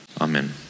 Amen